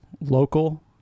local